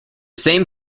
same